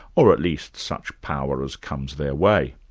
or at least such power as comes their way.